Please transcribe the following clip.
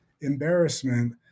embarrassment